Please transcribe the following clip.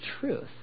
truth